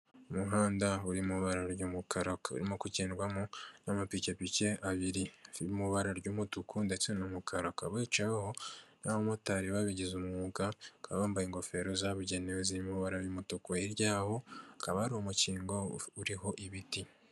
Umuhanda uri mu ibara ry'umukara ukaba urimo kugendwamo n'amapikipiki abiri, ari mu ibara ry'umutuku ndetse n'umukara, akaba yicaweho n'abamotari babigize umwuga bakaba bambaye ingofero zabugenewe ziri mu ibara ry'umutuku hirya yaho hakaba hari umukingo uriho ibiti.